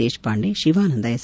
Deshpande Shivanand S